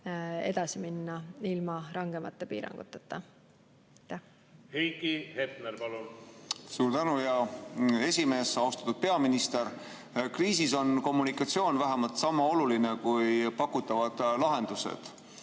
edasi minna ilma rangemate piiranguteta. Heiki Hepner, palun! Heiki Hepner, palun! Suur tänu, hea esimees! Austatud peaminister! Kriisis on kommunikatsioon vähemalt sama oluline kui pakutavad lahendused.